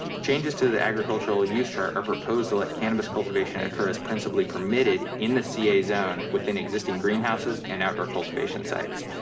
changes to the agricultural use chart or proposal at cannabis cultivation occurs principally permitted in the ca zone within existing greenhouses and outdoor cultivation sites.